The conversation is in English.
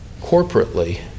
Corporately